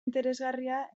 interesgarria